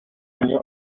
año